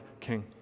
king